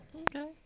Okay